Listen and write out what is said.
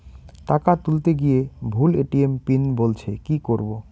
টাকা তুলতে গিয়ে ভুল এ.টি.এম পিন বলছে কি করবো?